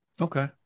Okay